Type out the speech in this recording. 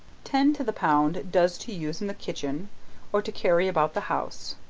ten to the pound does to use in the kitchen or to carry about the house.